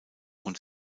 und